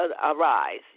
arise